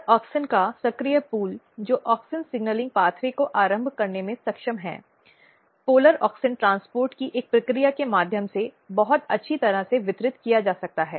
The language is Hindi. और ऑक्सिन का सक्रिय पूल जो ऑक्सिन सिग्नलिंग मार्ग को आरंभ करने में सक्षम है ध्रुवीय ऑक्सिन परिवहन की एक प्रक्रिया के माध्यम से बहुत अच्छी तरह से वितरित किया जा सकता है